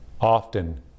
often